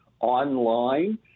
online